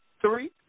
three